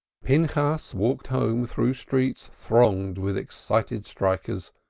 pinchas walked home through streets thronged with excited strikers,